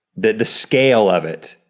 the scale of it,